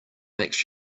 makes